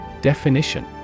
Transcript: Definition